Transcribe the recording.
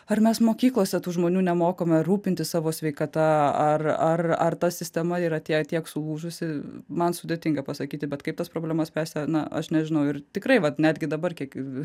ar mes mokyklose tų žmonių nemokame rūpintis savo sveikata ar ar ar ta sistema yra tiek tiek sulūžusi man sudėtinga pasakyti bet kaip tas problemas spręsti na aš nežinau ir tikrai vat netgi dabar kiek